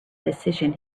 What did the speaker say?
decision